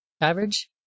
average